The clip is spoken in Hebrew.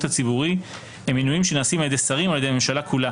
בציבורי הם מינויים שנעשים על ידי שרים או על ידי הממשלה כולה.